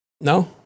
No